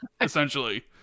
essentially